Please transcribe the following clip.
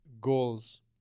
goals